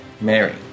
Mary